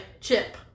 Chip